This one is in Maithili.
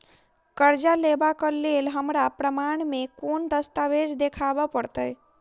करजा लेबाक लेल हमरा प्रमाण मेँ कोन दस्तावेज देखाबऽ पड़तै?